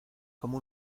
como